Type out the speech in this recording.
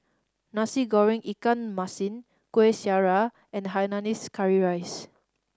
Nasi Goreng ikan masin Kueh Syara and hainanese curry rice